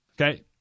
okay